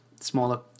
smaller